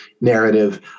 narrative